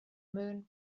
moon